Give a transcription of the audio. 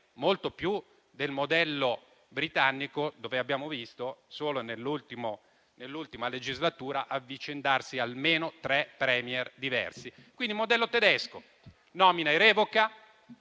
Molto più del modello britannico, dove abbiamo visto, solo nell'ultima legislatura, avvicendarsi almeno tre *Premier* diversi. Il modello tedesco prevede nomina e revoca